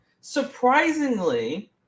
Surprisingly